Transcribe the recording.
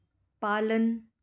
पालन